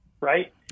right